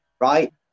right